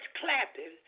clapping